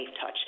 touch